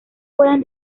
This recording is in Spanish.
pueden